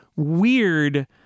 weird